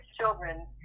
children